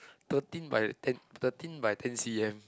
thirteen by ten thirteen by ten C_M